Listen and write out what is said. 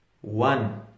one